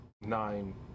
nine